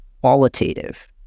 qualitative